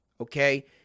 okay